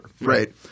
right